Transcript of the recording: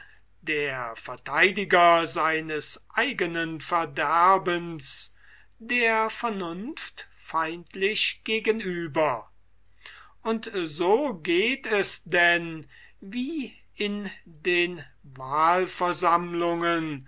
der vertheidiger seines eigenen verderbens der vernunft feindlich gegenüber und so geht es denn wie in den wahlversammlungen